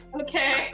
Okay